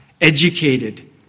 educated